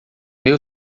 meu